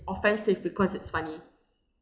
offensive because it's funny